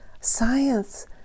science